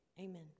Amen